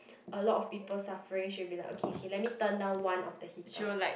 a lot of people suffering she will be like okay okay let me turn down one of the heater